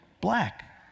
black